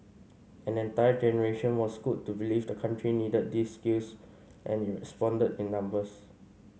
an entire generation was schooled to believe the country needed these skills and it responded in numbers